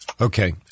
Okay